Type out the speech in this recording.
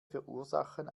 verursachen